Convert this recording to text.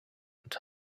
und